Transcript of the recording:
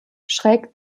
schräg